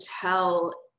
tell